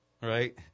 right